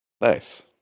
nice